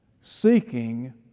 seeking